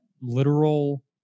literal